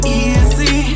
easy